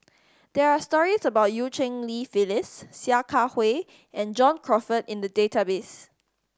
there are stories about Eu Cheng Li Phyllis Sia Kah Hui and John Crawfurd in the database